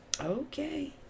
okay